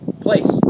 place